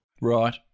Right